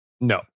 No